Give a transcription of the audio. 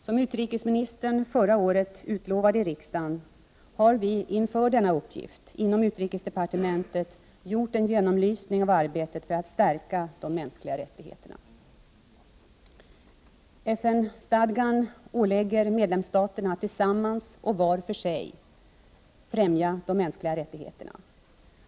Som utrikesministern förra året utlovade i riksdagen har vi inför denna uppgift inom utrikesdepartementet gjort en genomlysning av arbetet för att stärka de mänskliga rättigheterna. FN-stadgan ålägger medlemsstaterna att tillsammans och var för sig främja de mänskliga rättigheterna.